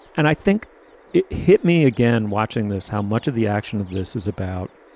and i think it hit me again watching this. how much of the action of this is about.